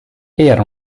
era